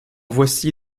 voici